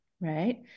right